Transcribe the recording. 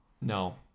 No